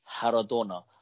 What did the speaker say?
Haradona